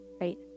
Right